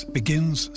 begins